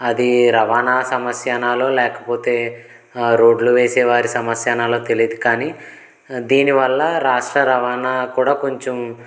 అదీ రవాణా సమస్య అనాలో లేకపోతే రోడ్లు వేసే వారి సమస్య అనాలో తెలీదు కానీ దీనివల్ల రాష్ట్ర రవాణా కూడా కొంచెం